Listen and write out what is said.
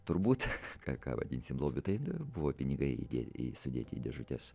turbūt ką ką vadinsim blogiu tai buvo pinigai įdė į sudėti į dėžutes